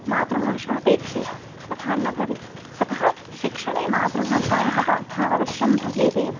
मातृभाषापेक्षया तथा न भवेत् अतः शिक्षणे मातृभाषायाः पाठः अवश्यं भवेदेव